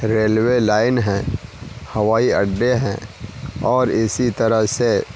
railway line ہیں ہوائی اڈے ہیں اور اسی طرح سے